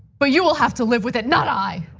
but you will have to live with it, not i.